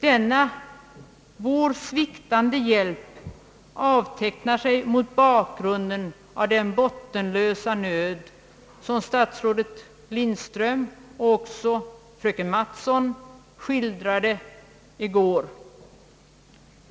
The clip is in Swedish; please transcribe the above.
Vår nu sviktande hjälp avtecknar sig mot bakgrunden av den bottenlösa nöd, som före detta statsrådet Lindström och även fröken Mattson skildrade i går.